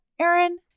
Aaron